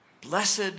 Blessed